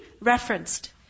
referenced